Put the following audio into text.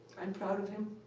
i'm proud of him.